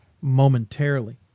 momentarily